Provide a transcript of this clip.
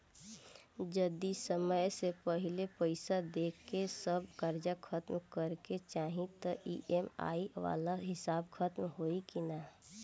जदी समय से पहिले पईसा देके सब कर्जा खतम करे के चाही त ई.एम.आई वाला हिसाब खतम होइकी ना?